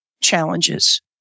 challenges